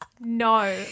no